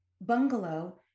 bungalow